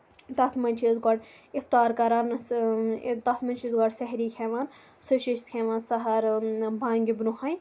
تَتھ مَنٛز چھِ أسۍ گۄڈٕ اِفطار کَران تَتھ مَنٛز چھِ أسۍ گۄڈٕ سحری کھیٚوان سُہ چھِ أسۍ کھیٚوان سحر بانگہٕ برونہٕے